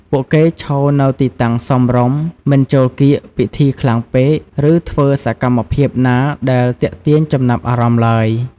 ពួកគេឈរនៅទីតាំងសមរម្យ មិនចូលកៀកពិធីខ្លាំងពេក ឬធ្វើសកម្មភាពណាដែលទាក់ទាញចំណាប់អារម្មណ៍ទ្បើយ។